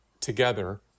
together